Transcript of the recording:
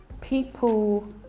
people